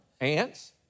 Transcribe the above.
Ants